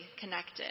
connected